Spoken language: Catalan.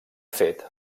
fet